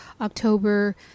October